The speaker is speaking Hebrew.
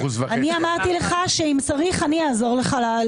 אמרתי לך שאם צריך, אני אעזור לך.